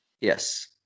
Yes